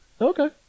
Okay